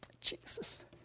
Jesus